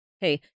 hey